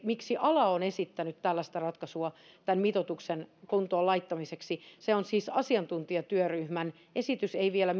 miksi ala on esittänyt tällaista ratkaisua tämän mitoituksen kuntoon laittamiseksi se on siis asiantuntijatyöryhmän esitys ei vielä